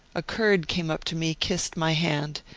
a kurd came up to me, kissed my hand,